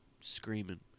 screaming